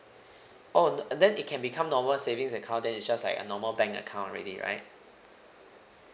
oh the then it can become normal savings account then it's just like a normal bank account already right